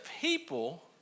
people